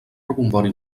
rebombori